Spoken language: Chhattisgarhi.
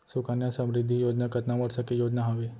सुकन्या समृद्धि योजना कतना वर्ष के योजना हावे?